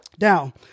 Now